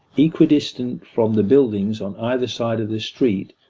equidistant from the buildings on either side of the street,